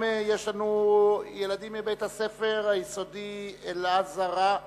יש לנו גם ילדים מבית-הספר היסודי "אל-זהרא"